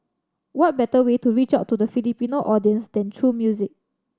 what better way to reach out to the Filipino audience than through music